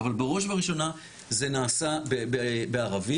אבל בראש ובראשונה זה נעשה בערבית.